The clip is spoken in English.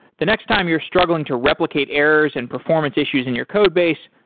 the next time you're struggling to replicate errors and performance issues in your code base,